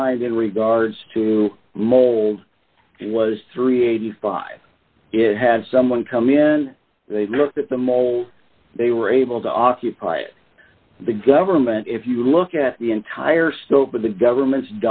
find in regards to mold was three hundred and eighty five it had someone come in they looked at the mall they were able to occupy it the government if you look at the entire scope of the government's